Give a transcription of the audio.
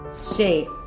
Say